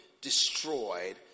Destroyed